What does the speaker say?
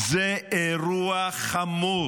זה אירוע חמור